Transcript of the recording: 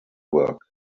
work